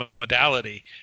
modality